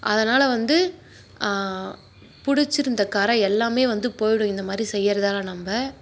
அதனால் வந்து பிடிச்சிருந்த கறை எல்லாமே வந்து போய்விடும் இந்த மாதிரி செய்கிறதால நம்ம